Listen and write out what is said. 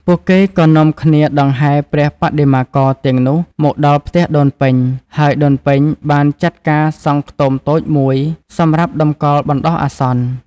ពួកគេក៏នាំគ្នាដង្ហែព្រះបដិមាករទាំងនោះមកដល់ផ្ទះដូនពេញ ហើយដូនពេញបានចាត់ការសង់ខ្ទមតូចមួយសម្រាប់តម្កល់បណ្តោះអាសន្ន។